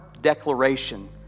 declaration